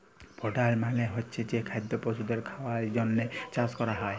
fodder মালে হচ্ছে যে খাদ্য পশুদের খাওয়ালর জন্হে চাষ ক্যরা হ্যয়